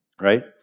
right